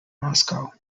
moscow